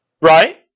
right